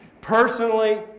personally